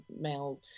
male